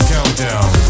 Countdown